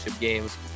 games